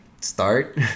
start